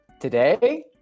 Today